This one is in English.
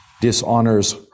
dishonors